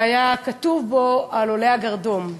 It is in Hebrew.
שהיה כתוב בו על עולי הגרדום.